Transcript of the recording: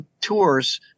tours